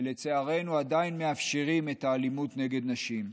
ולצערנו, עדיין מאפשרים, את האלימות נגד נשים.